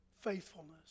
faithfulness